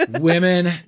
Women